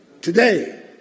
Today